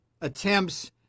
attempts